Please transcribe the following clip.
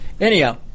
Anyhow